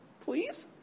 Please